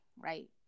right